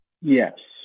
Yes